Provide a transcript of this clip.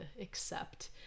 accept